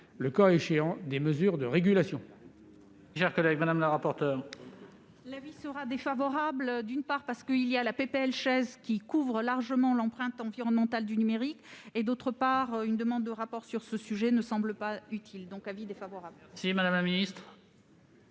le cas échéant des mesures de régulation.